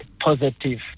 positive